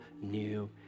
new